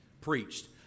preached